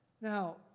Now